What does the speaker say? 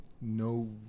no